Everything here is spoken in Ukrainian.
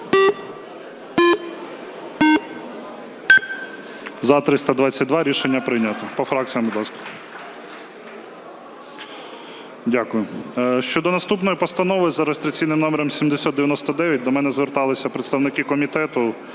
За-322 Рішення прийнято. По фракціях, будь ласка. Дякую. Щодо наступної Постанови за реєстраційним номером 7099. До мене зверталися представники комітету